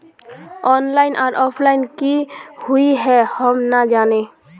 Online आर offline की हुई है हम ना जाने?